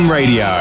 Radio